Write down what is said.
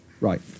right